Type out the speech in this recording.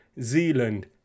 Zealand